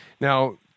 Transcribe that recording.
Now